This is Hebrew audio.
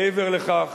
מעבר לכך,